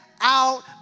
out